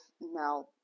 now